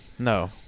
No